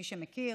מי שמכיר,